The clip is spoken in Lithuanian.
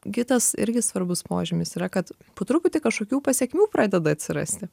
kitas irgi svarbus požymis yra kad po truputį kažkokių pasekmių pradeda atsirasti